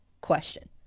question